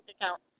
account